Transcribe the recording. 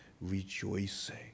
rejoicing